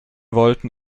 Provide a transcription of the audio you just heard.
wollten